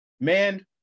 Man